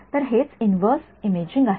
तर हेच inverse imaging आहे